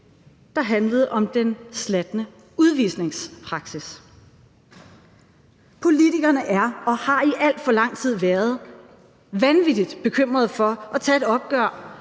der handlede om den slatne udvisningspraksis. Politikerne er og har i alt for lang tid været vanvittigt bekymrede for at tage et opgør